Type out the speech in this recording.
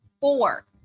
Four